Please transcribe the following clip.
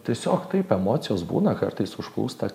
tiesiog taip emocijos būna kartais užplūsta